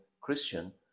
Christian